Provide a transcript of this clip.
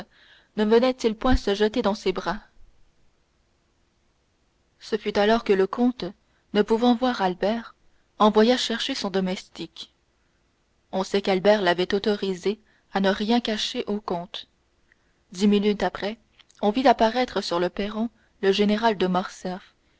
ne venait-il point se jeter dans ses bras ce fut alors que le comte ne pouvant voir albert envoya chercher son domestique on sait qu'albert l'avait autorisé à ne rien cacher au comte dix minutes après on vit apparaître sur le perron le général de morcerf